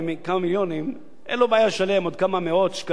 אין לו בעיה לשלם עוד כמה מאות או אלפי שקלים בשנה ארנונה.